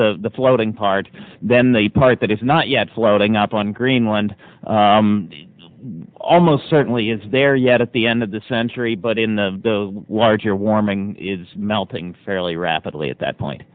the floating part then the part that is not yet floating up on greenland almost certainly it's there yet at the end of the century but in the air warming is melting fairly rapidly at that point